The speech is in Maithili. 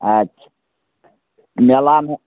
अच्छा मेलामे